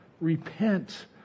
Repent